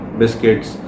biscuits